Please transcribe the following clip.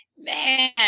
Man